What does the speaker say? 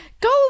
Go